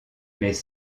mais